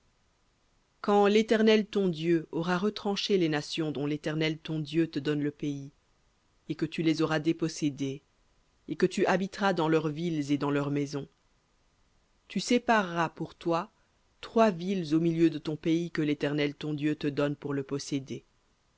quand l'éternel ton dieu aura retranché les nations dont l'éternel ton dieu te donne le pays et que tu les auras dépossédées et que tu habiteras dans leurs villes et dans leurs maisons tu sépareras pour toi trois villes au milieu de ton pays que l'éternel ton dieu te donne pour le posséder